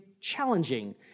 challenging